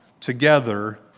together